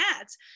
ads